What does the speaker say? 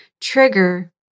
trigger